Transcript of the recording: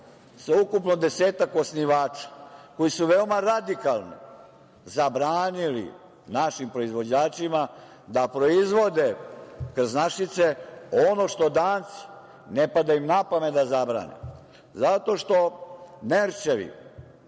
sa ukupno 10 osnivača, koji su veoma radikalni, zabranili našim proizvođačima da proizvode krznašice, ono što Dancima ne pada na pamet da zabrane? Nerčevi